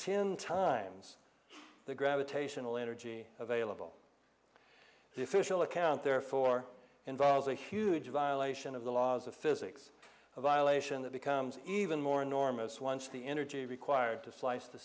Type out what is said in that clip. ten times the gravitational energy available the official account therefore involves a huge violation of the laws of physics a violation that becomes even more enormous once the energy required to slice the